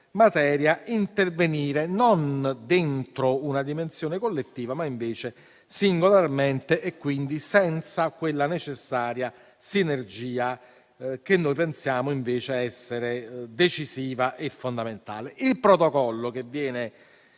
materia, intervenire non dentro una dimensione collettiva, ma - invece - singolarmente e, quindi, senza quella necessaria sinergia che noi riteniamo invece decisiva e fondamentale. Il protocollo che viene